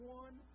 one